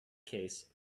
case